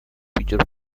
feature